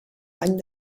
bany